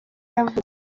yavutse